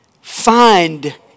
find